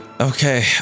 Okay